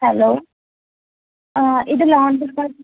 hello ഇത് loan department